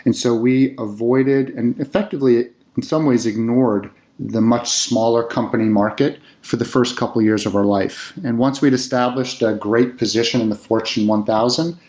and so we avoided and, effectively in some ways, ignored the much smaller company market for the first couple of years of our life. and once we'd established that ah great position in the fortune one thousand,